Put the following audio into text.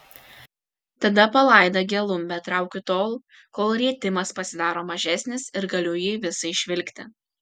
tada palaidą gelumbę traukiu tol kol rietimas pasidaro mažesnis ir galiu jį visą išvilkti